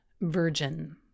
virgin